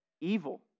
Evil